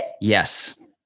Yes